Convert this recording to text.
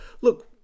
look